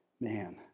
man